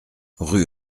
rue